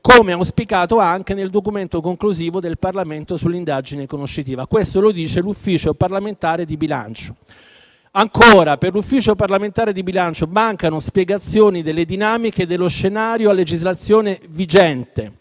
come auspicato anche nel documento conclusivo del Parlamento sull'indagine conoscitiva: questo lo dice l'Ufficio parlamentare di bilancio. Ancora, per l'Ufficio parlamentare di bilancio mancano spiegazioni delle dinamiche dello scenario a legislazione vigente.